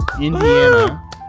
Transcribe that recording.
Indiana